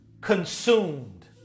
consumed